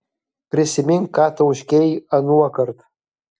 prisimink ką tauškei anuokart